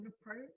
approach